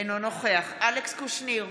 אינו נוכח אלכס קושניר,